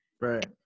Right